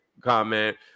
comment